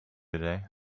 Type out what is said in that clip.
today